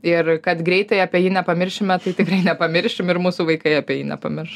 ir kad greitai apie jį nepamiršime tai tikrai nepamiršim ir mūsų vaikai apie jį nepamirš